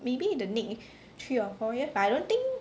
maybe in the next three to five years but I don't think